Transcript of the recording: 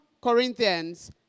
Corinthians